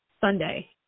Sunday